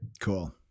cool